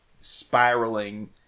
spiraling